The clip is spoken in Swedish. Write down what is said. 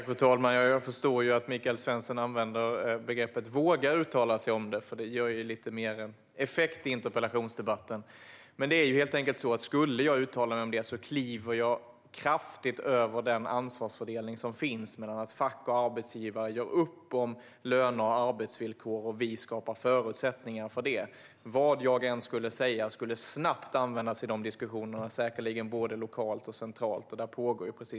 Fru talman! Jag förstår att Michael Svensson använder ord som "vågar uttala sig", eftersom det ger lite mer effekt i interpellationsdebatten. Om jag skulle uttala mig om det skulle jag dock kraftigt överträda den ansvarsfördelning som finns, nämligen att det är fack och arbetsgivare som gör upp om löner och arbetsvillkor och att det är vi som skapar förutsättningar för det. Precis den typen av förhandlingar pågår, och vad jag än skulle säga skulle det snabbt användas i de diskussionerna, säkerligen både lokalt och centralt.